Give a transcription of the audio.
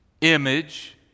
image